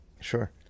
Sure